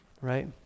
Right